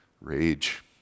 Rage